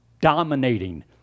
dominating